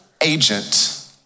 agent